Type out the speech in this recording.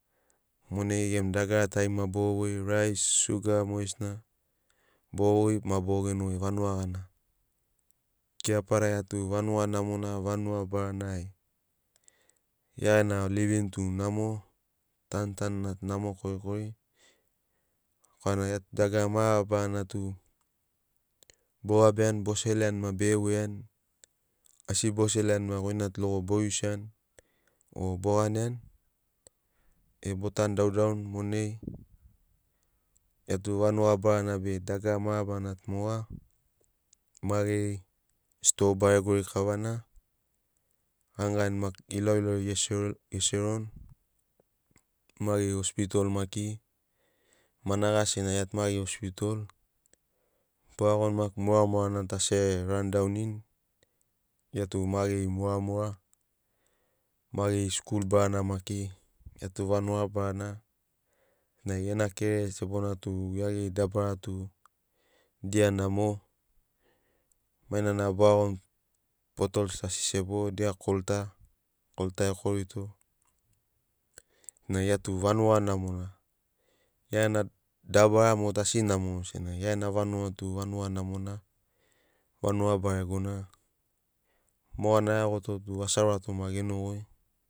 Monai gemu dagara tari ma boro voi rais suga mogesina boro voi ma boro geno goi vanuga gana. Keapara gia tu vanuga namona vanuga barana e gia gena livin tu namo tanu tanuna tu namo korikori korana gia tu dagara mabarana tub o gabiani bo seroani maki bege voiani asi bo seroani maki goi na tu logo bo iusiani obo ganiani e bo tanu daudaun monai gia tu vanuga barana be dagara mabarana to moga ma geri stoa baregori kavana ganigani maki ilauilauri ge seroni. Mageri ospitol maki managa sena gia tu ma geri ospitol bo iagoni maki muramura na tu asi e ran daunini gia tu ma geri muramura. Mageri skul barana maki gia tu vanuga barana senagi gena kerere sebona tu gia geri dabara tu dia namo mainana bo iagoni potouls tu asi sebo dia kolta, kolta ekorito senagi gia tu vanuga namona gia gena dabara mogo asi namo senagi gia gena vanuga tu vanuga namona vanuga baregona mogana a iagoto tu asi aurato ma genogoi